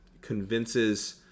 convinces